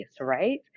right